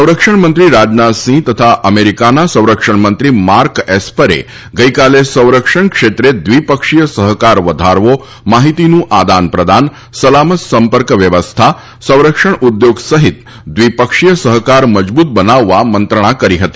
સંરક્ષણમંત્રી રાજનાથસિંહ તથા અમેરિકાના સંરક્ષણમંત્રી માર્ક એસ્પરે ગઈકાલે સંરક્ષણ ક્ષેત્રે દ્વિપક્ષીય સહકાર વધારવો માહિતીનું આદાન પ્રદાન સલામત સંપર્ક વ્યવસ્થા સંરક્ષણ ઉદ્યોગ સહિત દ્વિપક્ષીય સહકાર મજબૂત બનાવવા મંત્રણા કરી હતી